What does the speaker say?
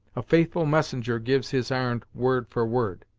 a faithful messenger gives his ar'n'd, word for word.